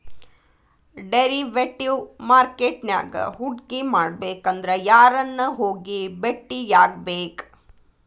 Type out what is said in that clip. Derivative market ನ್ಯಾಗ್ ಹೂಡ್ಕಿಮಾಡ್ಬೆಕಂದ್ರ ಯಾರನ್ನ ಹೊಗಿ ಬೆಟ್ಟಿಯಾಗ್ಬೇಕ್?